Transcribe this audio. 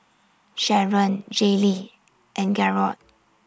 Sharron Jaylee and Garold